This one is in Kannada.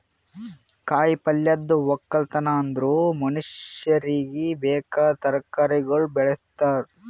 ಕಾಯಿ ಪಲ್ಯದ್ ಒಕ್ಕಲತನ ಅಂದುರ್ ಮನುಷ್ಯರಿಗಿ ಬೇಕಾಗಿದ್ ತರಕಾರಿಗೊಳ್ ಬೆಳುಸ್ತಾರ್